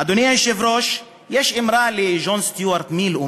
אדוני היושב-ראש, יש אמרה של ג'ון סטיוארט מיל: